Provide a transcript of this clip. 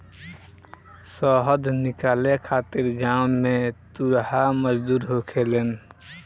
शहद निकाले खातिर गांव में तुरहा मजदूर होखेलेन